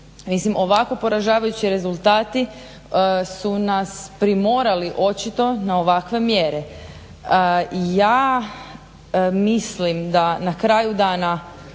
Mislim ovako poražavajući rezultati su nas primorali očito na ovakve mjere. Ja mislim da na kraju dana